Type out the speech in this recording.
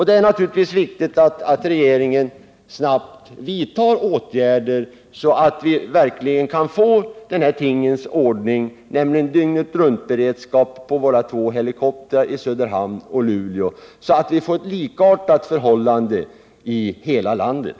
Det är naturligtvis viktigt att regeringen snabbt vidtar åtgärder, så att vi verkligen kan få en sådan tingens ordning att det blir dygnetruntberedskap på helikoptrarna i Söderhamn och Luleå och därmed ett likartat förhållande i hela landet.